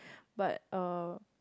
but uh